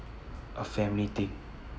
a family thing